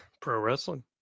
Pro-wrestling